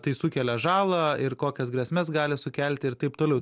tai sukelia žalą ir kokias grėsmes gali sukelti ir taip toliau